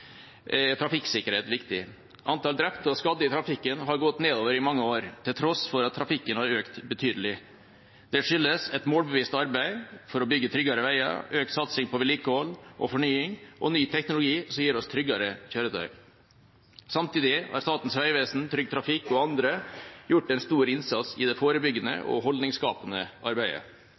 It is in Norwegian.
trafikksikkerhet viktig. Antall drepte og skadde i trafikken har gått nedover i mange år, til tross for at trafikken har økt betydelig. Det skyldes et målbevisst arbeid for å bygge tryggere veier, økt satsing på vedlikehold og fornying og ny teknologi som gir oss tryggere kjøretøy. Samtidig har Statens vegvesen, Trygg Trafikk og andre gjort en stor innsats i det forebyggende og holdningsskapende arbeidet.